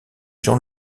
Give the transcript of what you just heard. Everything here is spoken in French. jean